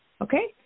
Okay